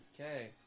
Okay